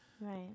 Right